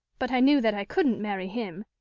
but i knew that i couldn't marry him.